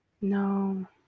No